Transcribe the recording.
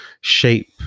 shape